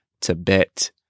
Tibet